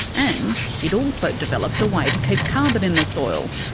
and he'd also developed a way to keep carbon in the soil,